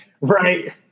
Right